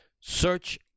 search